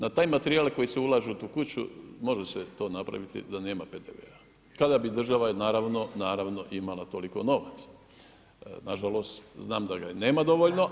Na taj materijale koji se ulažu u tu kuću može se to napraviti da nema PDV-a kada bi država naravno imala toliko novaca, nažalost znam da ga i nema dovoljno.